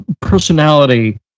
personality